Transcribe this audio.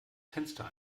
fenster